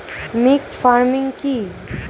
Mixed farming কি?